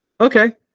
okay